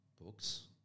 books